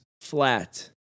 Flat